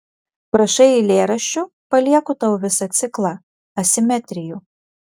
prašai eilėraščių palieku tau visą ciklą asimetrijų